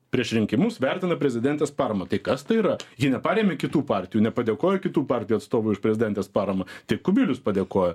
prieš rinkimus vertina prezidentės paramą tai kas tai yra ji neparėmė kitų partijų nepadėkojo kitų partijų atstovui už prezidentės paramą tik kubilius padėkojo